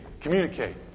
communicate